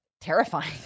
terrifying